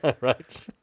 Right